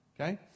okay